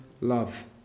love